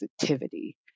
positivity